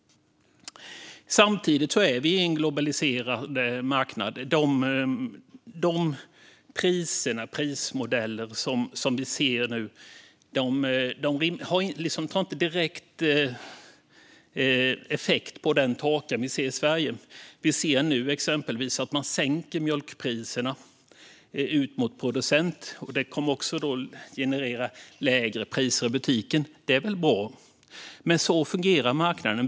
Samtidigt finns vi på en globaliserad marknad, och de prismodeller som vi ser nu har liksom ingen direkt effekt när det gäller torkan i Sverige. Vi ser nu exempelvis att man sänker mjölkpriserna ut mot producent, vilket också kommer att generera lägre priser i butiken. Och det är väl bra. Så fungerar marknaden.